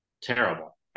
Terrible